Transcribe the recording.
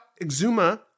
Exuma